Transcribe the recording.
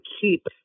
keep